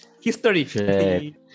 history